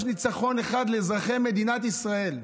יש ניצחון לאזרחי מדינת ישראל.